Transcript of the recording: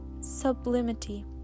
sublimity